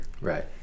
Right